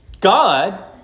God